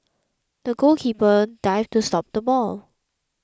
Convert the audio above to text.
the goalkeeper dived to stop the ball